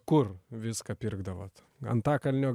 kur viską pirkdavot antakalnio